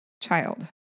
Child